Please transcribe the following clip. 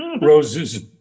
Roses